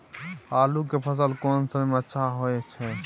आलू के फसल कोन समय में अच्छा होय छै?